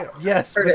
Yes